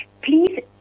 Please